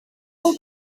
bobl